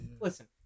Listen